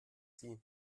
sie